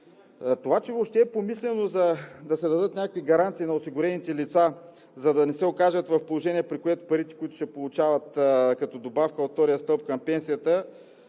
Това, че въобще е помислено да се дадат някакви гаранции на осигурените лица, за да не се окажат в положение, при което парите, които ще получават като добавка от втория стълб към пенсията